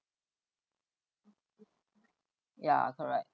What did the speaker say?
ya correct